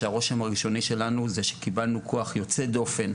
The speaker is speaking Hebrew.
יש לנו קבוצות מגוונות בתוך האוניברסיטה,